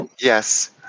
Yes